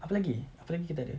apa lagi apa lagi kita ada